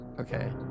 Okay